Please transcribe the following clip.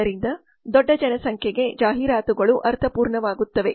ಆದ್ದರಿಂದ ದೊಡ್ಡ ಜನಸಂಖ್ಯೆಗೆ ಜಾಹೀರಾತುಗಳು ಅರ್ಥಪೂರ್ಣವಾಗುತ್ತವೆ